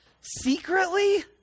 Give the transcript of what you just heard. Secretly